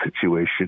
situation